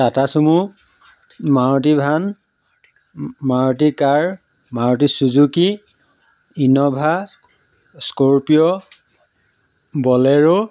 Tata sumo Maruti van Maruti car Maruti Suzuki Innova scorpio bolero